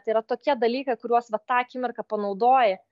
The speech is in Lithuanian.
tai yra tokie dalykai kuriuos va tą akimirką panaudoji